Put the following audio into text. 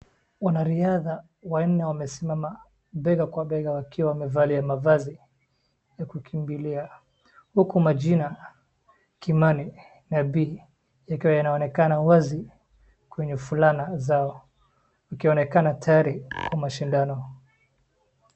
Wanariadha wanne wamesimama bega kwa bega wakiwa wamevaa mavazi ya kukimbilia huku majina Kimani, Bii yanaonekana wazi kwenye fulana zao wakionekana tayari kwa mashindano.